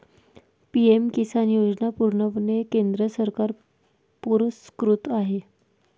PM Kisan योजना पूर्णपणे केंद्र सरकार पुरस्कृत आहे